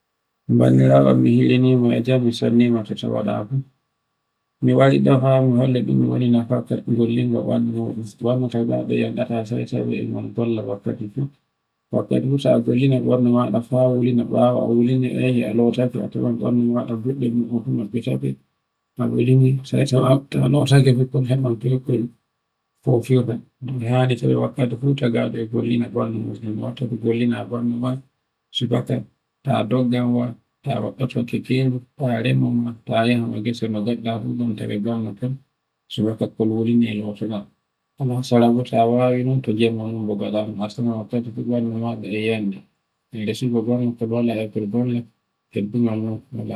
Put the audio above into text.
Bandiraawo mi hinnima jamu mi wari do haa mi holla dun no woni umminta banduma golle wakkati fu a wulwina bawo a lotaake a tawai bandu maɗa fu e mabbitaake. Ta lotaake famaron fu kol fofirta.